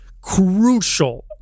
crucial